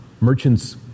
merchant's